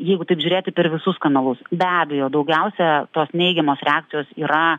jeigu taip žiūrėti per visus kanalus be abejo daugiausia tos neigiamos reakcijos yra